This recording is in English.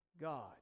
God